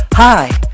Hi